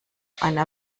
einer